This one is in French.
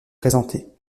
présentée